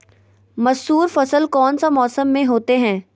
मसूर फसल कौन सा मौसम में होते हैं?